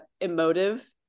emotive